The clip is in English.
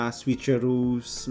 switcheroos